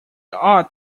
ought